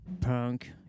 punk